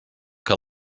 que